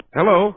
Hello